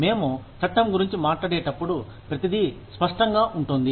మేము చట్టం గురించి మాట్లాడేటప్పుడు ప్రతిదీ స్పష్టంగా ఉంటుంది